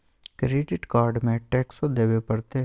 Credit card में टेक्सो देवे परते?